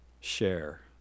share